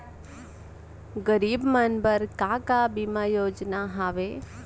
गरीब मन बर का का बीमा योजना हावे?